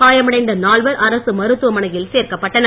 காயமடைந்த நால்வர் அரசு மருத்துவமனையில் சேர்க்கப்பட்டனர்